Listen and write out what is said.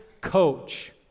coach